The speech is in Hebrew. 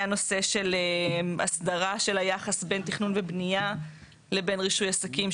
היה נושא של הסדרה של היחס בין תכנון ובנייה לבין רישוי עסקים,